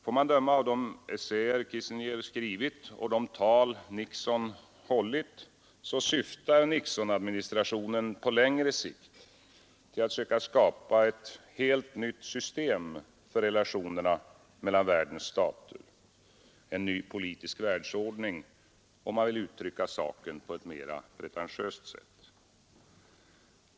Får man döma av de essäer Kissinger skrivit och de tal Nixon hållit syftar Nixonadministrationen på längre sikt till att söka skapa ett helt nytt system för relationerna mellan världens stater, en ny politisk världsordning om man vill uttrycka saken på ett mera pretentiöst sätt.